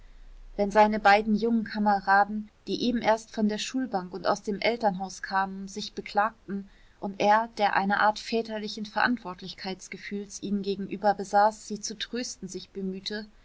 wenn seine beiden jungen kameraden die eben erst von der schulbank und aus dem elternhaus kamen sich beklagten und er der eine art väterlichen verantwortlichkeitsgefühls ihnen gegenüber besaß sie zu trösten sich bemühte